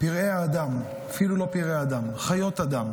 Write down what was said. פראי האדם, אפילו לא פראי אדם, חיות אדם